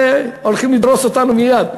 אלה הולכים לדרוס אותנו מייד.